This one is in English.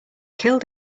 killed